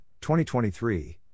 2023